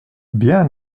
bien